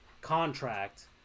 contract